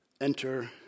Enter